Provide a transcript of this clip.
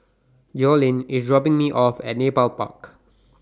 Jolene IS dropping Me off At Nepal Park